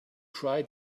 try